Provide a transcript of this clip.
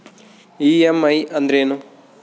EMI ಅಂದ್ರೇನು?